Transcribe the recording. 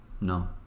No